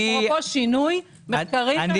אפרופו שינוי, מחקרים לכל האוכלוסיות.